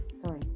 sorry